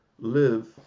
live